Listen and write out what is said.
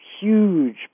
huge